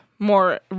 More